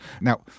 Now